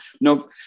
No